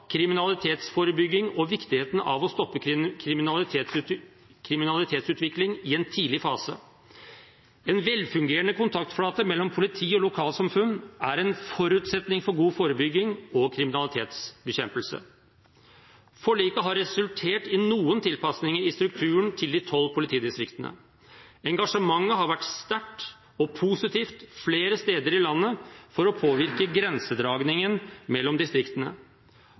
kriminalitetsforebygging og viktigheten av å stoppe kriminalitetsutvikling i en tidlig fase. En velfungerende kontaktflate mellom politi og lokalsamfunn er en forutsetning for god forebygging og kriminalitetsbekjempelse. Forliket har resultert i noen tilpasninger i strukturen til de 12 politidistriktene. Engasjementet har vært sterkt og positivt flere steder i landet for å påvirke grensedragningen mellom distriktene.